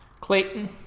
Clayton